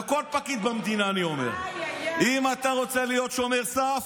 לכל פקיד במדינה אני אומר: אם אתה רוצה להיות שומר סף,